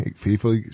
people